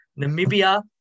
Namibia